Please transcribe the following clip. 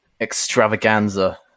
extravaganza